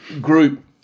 group